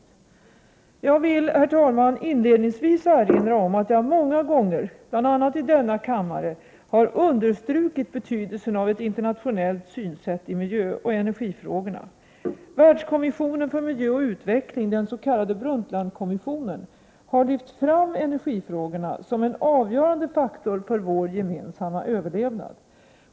Jag vill, herr talman, inledningsvis erinra om att jag många gånger, bl.a. i denna kammare, har understrukit betydelsen av ett internationellt synsätt i miljöoch energifrågorna. Världskommissionen för miljöoch utveckling — den s.k. Brundtlandkommissionen — har lyft fram energifrågorna som en avgörande faktor för vår gemensamma överlevnad.